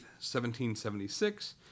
1776